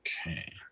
Okay